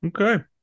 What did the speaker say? okay